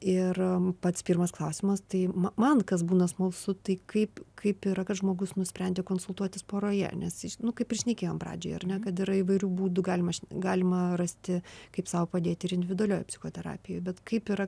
ir pats pirmas klausimas tai man kas būna smalsu tai kaip kaip yra kad žmogus nusprendžia konsultuotis poroje nes nu kaip ir šnekėjom pradžioj ar ne kad yra įvairių būdų galima galima rasti kaip sau padėti ir individualioj psichoterapijoj bet kaip yra